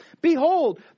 Behold